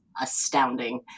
astounding